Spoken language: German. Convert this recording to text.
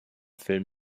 film